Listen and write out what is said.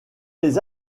les